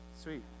sweet